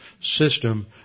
system